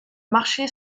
marché